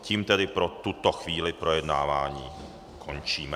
Tím tedy pro tuto chvíli projednávání končíme.